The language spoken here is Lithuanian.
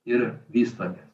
ir vystomės